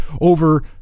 over